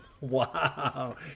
Wow